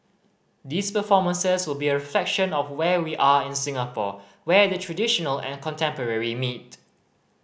these performances will be a reflection of where we are in Singapore where the traditional and contemporary meet